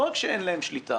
לא רק שאין להם שליטה